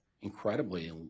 incredibly